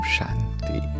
Shanti